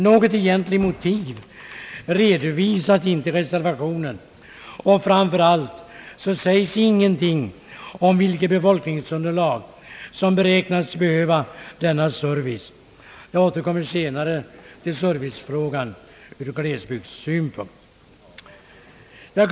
«Något egentligt motiv redovisas inte av reservanterna, och framför allt sägs ingenting om vilket befolkningsunderlag som beräknas behöva denna service; jag återkommer strax till servicefrågan ur glesbygdssynpunkt.